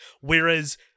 whereas